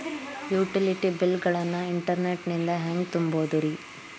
Utility bill ಗಳನ್ನ internet ನಿಂದ ಹೆಂಗ್ ತುಂಬೋದುರಿ?